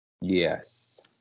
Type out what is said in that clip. Yes